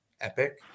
epic